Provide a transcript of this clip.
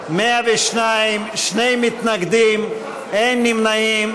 102, שני מתנגדים, אין נמנעים.